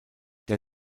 der